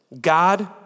God